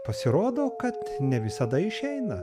pasirodo kad ne visada išeina